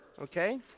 okay